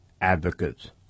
Advocates